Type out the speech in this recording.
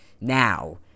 now